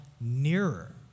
nearer